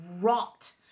rot